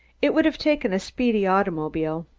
it would have taken a speedy automobile.